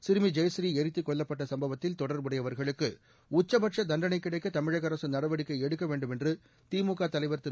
சிறுமி ஜெயஸ்ரீ எரித்துக் கொல்லப்பட்ட சம்பவத்தில் தொடர்புடையவர்களுக்கு உச்சபட்ச தண்டணை கிடைக்க தமிழக அரசு நடவடிக்கை எடுக்க வேண்டும் என்று திமுக தலைவர் திரு